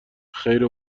خیر